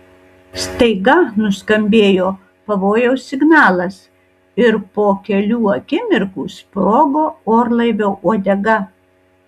staiga nuskambėjo pavojaus signalas ir po kelių akimirkų sprogo orlaivio uodega